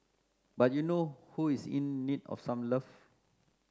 but you know who is in need of some love